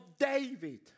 David